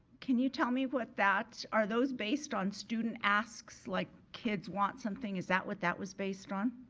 can you tell me what that, are those based on student asks like kids want something? is that what that was based on?